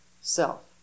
self